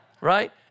right